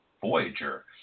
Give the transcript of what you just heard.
Voyager